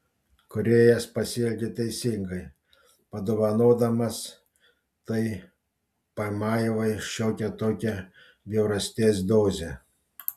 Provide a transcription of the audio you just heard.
kūrėjas pasielgė teisingai padovanodamas tai pamaivai šiokią tokią bjaurasties dozę